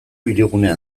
hirigunea